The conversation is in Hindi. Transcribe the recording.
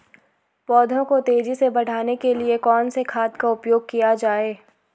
पौधों को तेजी से बढ़ाने के लिए कौन से खाद का उपयोग किया जाए?